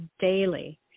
daily